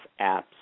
apps